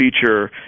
feature